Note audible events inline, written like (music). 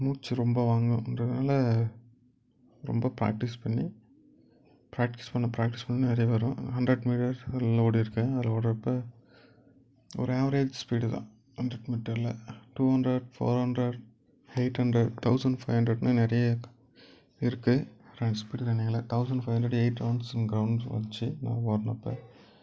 மூச்சு ரொம்ப வாங்கும்ன்றதுனால் ரொம்ப ப்ராக்டிக்ஸ் பண்ணி ப்ராக்டிக்ஸ் பண்ண ப்ராக்டிக்ஸ் பண்ண நிறைய வரும் ஹண்ட்ரட் மீட்டர்ஸ் அதில் ஓடியிருக்கேன் அதில் ஓடுறப்ப ஒரு ஆவ்ரேஜ் ஸ்பீடு தான் ஹண்ட்ரட் மீட்டரில் two hundred four hundred eight hundred thousand five hundred இன்னும் நிறைய இருக்குது எல்லாம் ஸ்பீடு ரன்னிங்கில் thousand four hundred eight rounds grounds (unintelligible) வெச்சி (unintelligible)